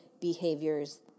behaviors